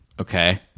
okay